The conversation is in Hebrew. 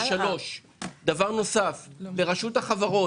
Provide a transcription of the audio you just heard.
דבר נוסף, ברשות החברות,